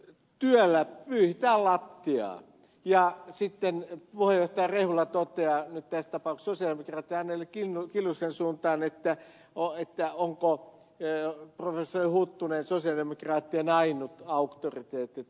jäällä yli ja lattiaan ja sitten puheenjohtaja rehula toteaa että tapaus on se että nyt tässä tapauksessa sosialidemokraatti anneli kiljusen suuntaan että professori huttunen on sosialidemokraattien ainut auktoriteetti tai asiantuntija